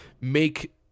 make